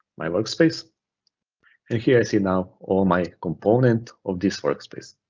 my workspace and here i see now all my component of this workspace.